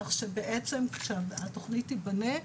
כך שבעצם כשהתוכנית תיבנה,